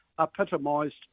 epitomised